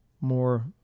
more